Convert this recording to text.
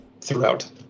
throughout